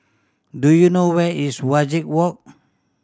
do you know where is Wajek Walk